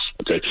okay